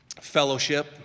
fellowship